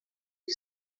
que